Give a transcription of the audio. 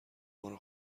مارو